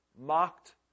mocked